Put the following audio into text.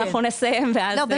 אנחנו נסיים ואז לא,